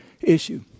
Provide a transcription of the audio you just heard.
issue